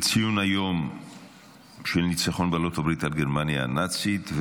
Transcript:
ציון היום של ניצחון בעלות הברית על גרמניה הנאצית.